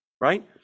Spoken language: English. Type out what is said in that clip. right